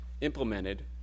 implemented